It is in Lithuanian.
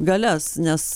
galias nes